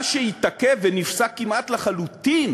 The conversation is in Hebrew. מה שהתעכב ונפסק כמעט לחלוטין